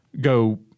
go